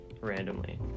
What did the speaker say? randomly